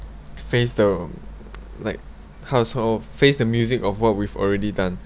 face the like the past oh the music of what we've already done